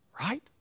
right